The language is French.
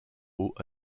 haut